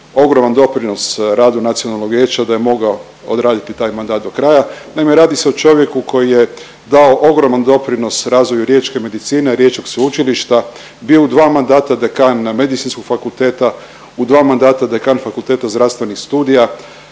ogroman doprinos radu nacionalnog vijeća da je mogao odraditi taj mandat do kraja. Naime, radi se o čovjeku koji je dao ogroman doprinos razvoju riječke medicine, Riječkog sveučilišta, bio u dva mandata dekan Medicinskog fakulteta u dva mandata dekan Zdravstvenih studija,